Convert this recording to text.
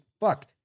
Fuck